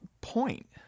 point